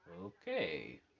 Okay